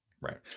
Right